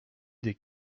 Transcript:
des